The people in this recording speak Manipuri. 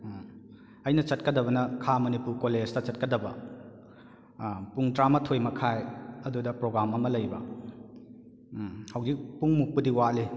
ꯑꯩꯅ ꯆꯠꯀꯗꯕꯅ ꯈꯥ ꯃꯅꯤꯄꯨꯔ ꯀꯣꯂꯦꯖꯇ ꯆꯠꯀꯗꯕ ꯄꯨꯡ ꯇꯔꯥ ꯃꯥꯊꯣꯏ ꯃꯈꯥꯏ ꯑꯗꯨꯗ ꯄ꯭ꯔꯣꯒ꯭ꯔꯥꯝ ꯑꯃ ꯂꯩꯕ ꯍꯧꯖꯤꯛ ꯄꯨꯡꯃꯨꯛꯄꯨꯗꯤ ꯋꯥꯠꯂꯤ